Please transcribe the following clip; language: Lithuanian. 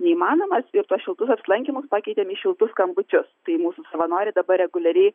neįmanomas ir tuos šiltus apsilankymus pakeitėm į šiltus skambučius tai mūsų savanoriai dabar reguliariai